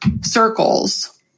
circles